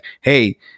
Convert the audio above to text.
hey